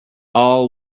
all